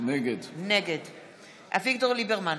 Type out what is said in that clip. נגד אביגדור ליברמן,